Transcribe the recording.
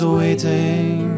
waiting